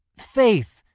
faith,